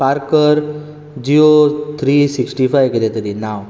पारकर G O three sixty five कितें तरी नांव